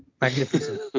Magnificent